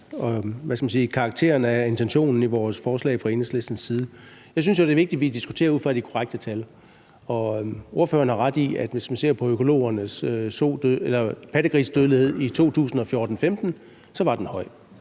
og karakteristikken af intentionen i Enhedslistens forslag. Jeg synes jo, det er vigtigt, at vi diskuterer ud fra de korrekte tal. Ordføreren har ret i, at hvis man ser på økologernes pattegrisdødelighed i 2014-2015, var den høj.